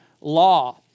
law